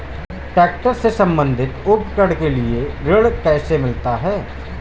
Tractor से संबंधित उपकरण के लिए ऋण कैसे मिलता है?